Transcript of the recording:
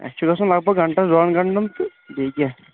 اَسہِ چھُ گژھُن لگ بھگ گنٛٹس دۅن گنٛٹن تہٕ بیٚیہِ کیٚاہ